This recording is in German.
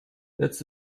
jetzt